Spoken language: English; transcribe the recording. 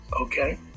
okay